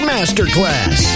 Masterclass